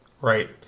Right